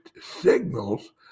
signals